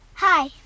Hi